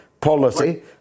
policy